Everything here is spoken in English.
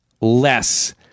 less